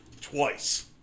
twice